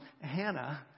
Hannah